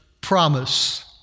promise